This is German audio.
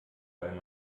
weil